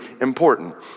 important